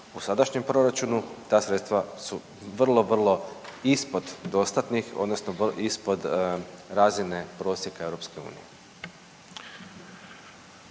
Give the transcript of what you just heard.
u sadašnjem proračunu ta sredstva su vrlo, vrlo ispod dostatnih odnosno ispod razine prosjeka EU.